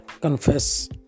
confess